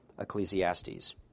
Ecclesiastes